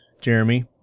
Jeremy